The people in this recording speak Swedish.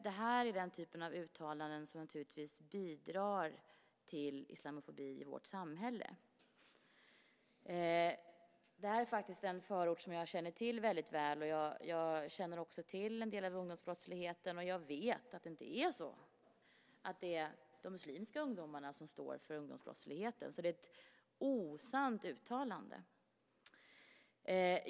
Det är den typen av uttalanden som bidrar till islamofobi i vårt samhälle. Det här är en förort som jag känner till väldigt väl. Jag känner också till en del av ungdomsbrottsligheten och jag vet att det inte är de muslimska ungdomarna som står för ungdomsbrottsligheten. Det är alltså ett osant uttalande.